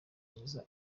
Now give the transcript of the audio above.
mwiza